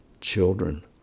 children